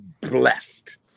blessed